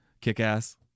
kick-ass